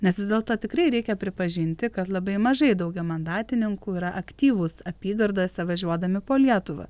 nes vis dėlto tikrai reikia pripažinti kad labai mažai daugiamandatininkų yra aktyvūs apygardose važiuodami po lietuvą